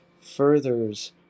furthers